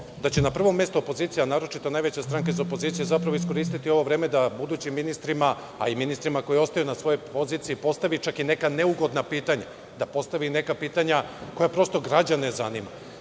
da će na prvom mestu opozicija, naročito najveća stranka iz opozicije, zapravo iskoristiti ovo vreme da budućim ministrima, a i ministrima koji ostaju na svojoj poziciji, postavi čak i neka neugodna pitanja, da postavi neka pitanja koja prosto građane zanimaju.